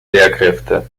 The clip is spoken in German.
lehrkräfte